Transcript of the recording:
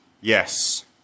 Yes